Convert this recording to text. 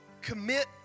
commit